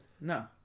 No